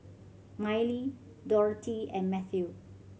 Miley Dorothea and Mathew